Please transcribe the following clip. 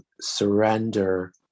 surrender